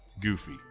Goofy